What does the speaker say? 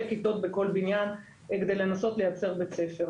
כיתות בכל בניין כדי לנסות לייצר בית ספר.